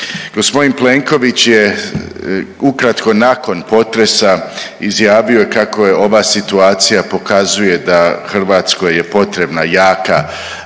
Gospodin Plenković je ukratko nakon potresa izjavio kako ova situacija pokazuje da Hrvatskoj je potrebna jaka